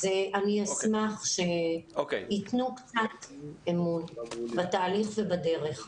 אני אשמח שייתנו קצת אמון בתהליך ובדרך.